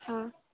অঁ